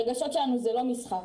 הרגשות שלנו זה לא משחק,